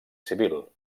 civil